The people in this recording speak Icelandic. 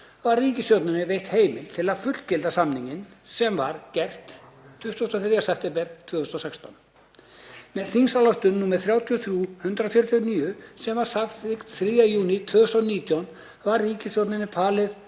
var ríkisstjórninni veitt heimild til að fullgilda samninginn, sem var gert 23. september 2016. Með þingsályktun nr. 33/149, sem var samþykkt 3. júní 2019, var ríkisstjórninni falið